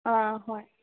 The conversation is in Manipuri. ꯑꯥ ꯍꯣꯏ